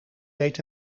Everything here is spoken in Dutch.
deed